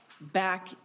back